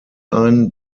ein